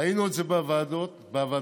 ראינו את זה בוועדה המיוחדת,